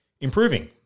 improving